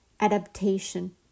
adaptation